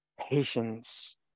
patience